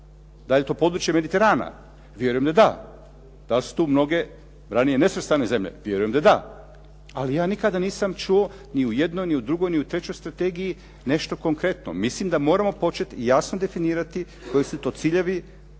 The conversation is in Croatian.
Da li je to područje Mediterana? Vjerujem da da. Da li su tu mnoge ranije nesvrstane zemlje? Vjerujem da da. Ali ja nikada nisam čuo ni u jednoj, ni u drugoj, ni u trećoj strategiji nešto konkretno. Mislim da moramo početi jasno definirati koji su to ciljevi